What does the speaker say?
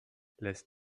lässt